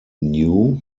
new